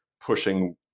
pushing